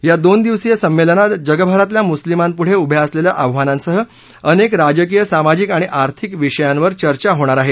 या दोन दिवसीय संमेलनात जगभरातल्या मुस्लीमांपुढे उभ्या असलेल्या आव्हानांसह अनेक राजकीय सामाजिक आणि आर्थिक विषयांवर चर्चा होणार आहे